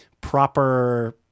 proper